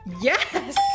Yes